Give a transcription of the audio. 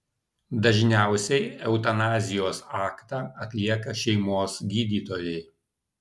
dažniausiai eutanazijos aktą atlieka šeimos gydytojai